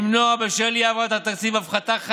למנוע בשל אי-העברת התקציב הפחתה חדה,